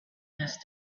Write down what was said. asked